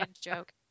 joke